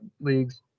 leagues